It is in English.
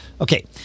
Okay